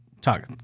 talk